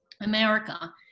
america